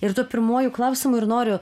ir tuo pirmuoju klausimu ir noriu